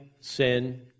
sin